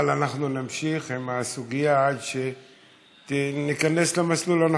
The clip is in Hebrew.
אבל אנחנו נמשיך עם הסוגיה עד שניכנס למסלול הנכון.